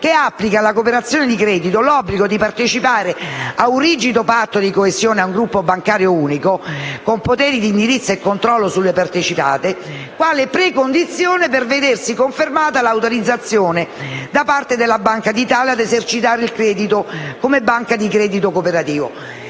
che applica alla cooperazione di credito l'obbligo di partecipare a un rigido patto di coesione a un gruppo bancario unico con poteri di indirizzo e controllo sulle partecipate, quale precondizione per vedersi confermata l'autorizzazione da parte della Banca d'Italia a esercitare il credito come banca di credito cooperativo.